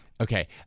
Okay